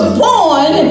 born